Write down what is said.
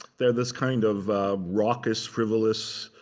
they are this kind of raucous, frivolous,